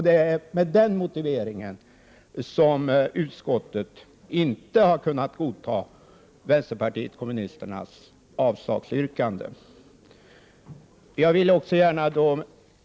Det är med den motiveringen som utskottet inte har kunnat godta vänsterpartiet kommunisternas avslagsyrkande.